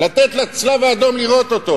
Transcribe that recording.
לתת ל"צלב האדום" לראות אותו